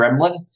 gremlin